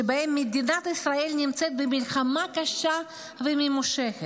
שבהם מדינת ישראל נמצאת במלחמה קשה וממושכת,